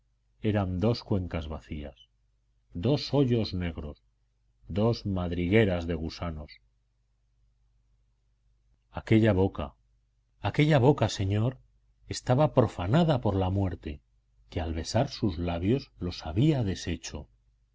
eran dos cuencas vacías dos hoyos negros dos madrigueras de gusanos aquella boca aquella boca señor estaba profanada por la muerte que al besar sus labios los había deshecho